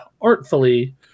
artfully